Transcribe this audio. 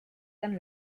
and